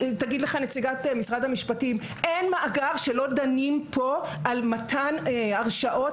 תגיד לך נציגת משרד המשפטים שאין מאגר שלא דנים כאן על מתן הרשאות